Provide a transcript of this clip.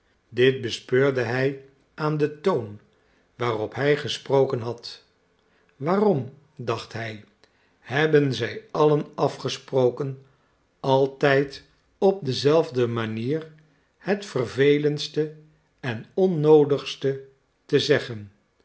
dit bespeurde hij aan den toon waarop hij gesproken had waarom dacht hij hebben zij allen afgesproken altijd op dezelfde manier het vervelendste en onnoodigste te zeggen